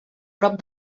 prop